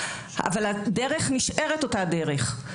אבל הדרך נשארת אותה הדרך.